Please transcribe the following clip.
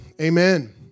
amen